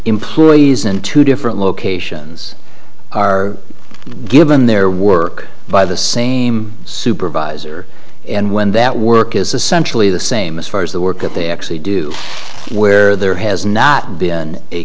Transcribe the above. employees in two different locations are given their work by the same supervisor and when that work is essentially the same as far as the work that they actually do where there has not been a